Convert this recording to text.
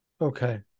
Okay